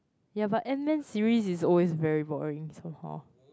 ya but Ant-man series is always very boring somehow